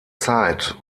zeit